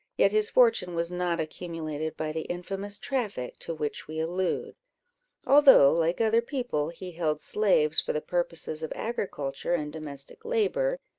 yet his fortune was not accumulated by the infamous traffic to which we allude although, like other people, he held slaves for the purposes of agriculture and domestic labour,